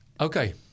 Okay